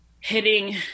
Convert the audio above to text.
hitting